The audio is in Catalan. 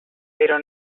però